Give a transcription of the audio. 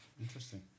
interesting